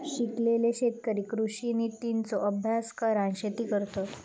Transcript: शिकलेले शेतकरी कृषि नितींचो अभ्यास करान शेती करतत